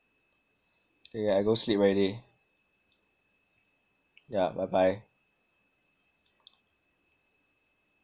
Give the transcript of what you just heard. k k I go sleep already yah bye bye